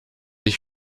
ich